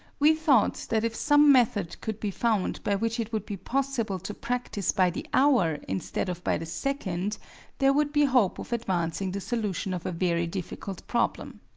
we thought that if some method could be found by which it would be possible to practice by the hour instead of by the second there would be hope of advancing the solution of a very difficult problem.